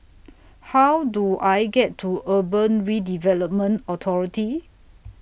How Do I get to Urban Redevelopment Authority